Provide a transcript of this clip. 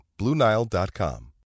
BlueNile.com